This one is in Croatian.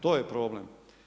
To je problem.